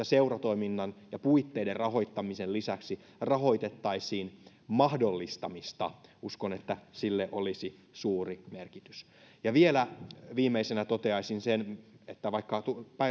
seuratoiminnan ja puitteiden rahoittamisen lisäksi rahoitettaisiin mahdollistamista uskon että sillä olisi suuri merkitys vielä viimeisenä toteaisin sen että vaikka